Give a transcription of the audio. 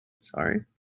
Sorry